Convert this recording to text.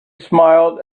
smiled